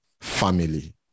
family